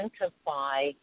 identify